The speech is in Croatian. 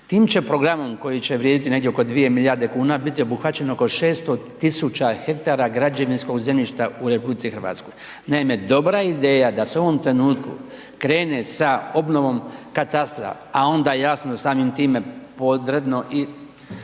Tim će programom koji će vrijediti negdje oko 2 milijarde kuna biti obuhvaćeno oko 6.000 hektara građevinskog zemljišta u RH. Naime, dobra je ideja da se u ovom trenutku krene sa obnovom katastra, a onda jasno samim time podredno i